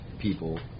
people